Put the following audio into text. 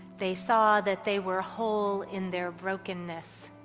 they saw that they were whole in their brokenness.